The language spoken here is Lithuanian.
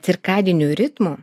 cirkadinių ritmų